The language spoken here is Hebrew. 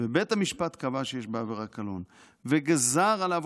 ובית המשפט קבע שיש בה עבירת קלון וגזר עליו